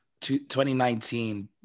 2019